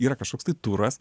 yra kažkoks tai turas